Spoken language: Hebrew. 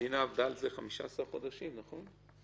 המדינה עבדה על זה 15 חודשים, נכון?